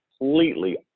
completely